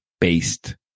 based